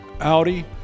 Audi